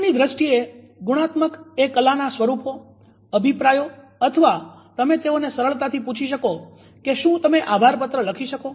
શબ્દોની દ્રષ્ટિએ ગુણાત્મક એ કલાના સ્વરૂપો અભિપ્રાયો અથવા તમે તેઓને સરળતાથી પૂછી શકો કે શું તમે આભારપત્ર લખી શકો